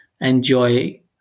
enjoy